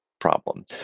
problem